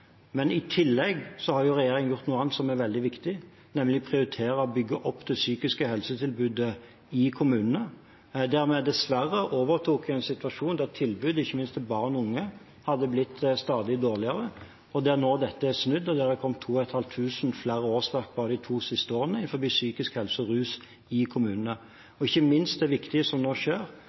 Men i tillegg har regjeringen gjort noe annet som er veldig viktig, nemlig å prioritere å bygge opp det psykiske helsetilbudet i kommunene, der vi dessverre overtok en situasjon der tilbudet, ikke minst til barn og unge, hadde blitt stadig dårligere. Dette er nå snudd, og det har bare de to siste årene kommet 2 500 flere årsverk innen psykisk helse og rus i kommunene. Ikke minst er det viktig, det som nå skjer